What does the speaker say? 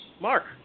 Mark